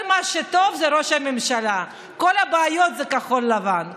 כל מה שטוב זה ראש הממשלה, כל הבעיות זה כחול לבן.